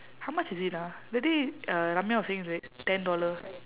how much is it ah that day uh ramiya was saying it's like ten dollar